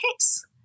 case